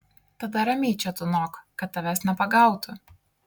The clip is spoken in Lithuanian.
tada ramiai čia tūnok kad tavęs nepagautų